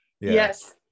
yes